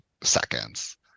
seconds